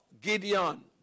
Gideon